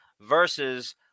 versus